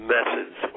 methods